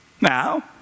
Now